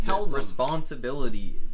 responsibility